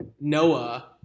noah